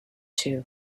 too